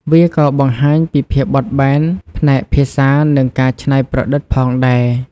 វាក៏បង្ហាញពីភាពបត់បែនផ្នែកភាសា និងការច្នៃប្រឌិតផងដែរ។